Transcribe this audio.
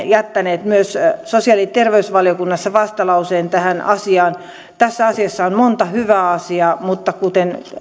jättäneet myös sosiaali ja terveysvaliokunnassa vastalauseen tähän asiaan tässä esityksessä on monta hyvää asiaa mutta kuten